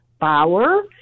Bauer